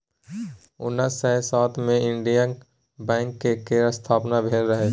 उन्नैस सय सात मे इंडियन बैंक केर स्थापना भेल रहय